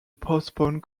postpone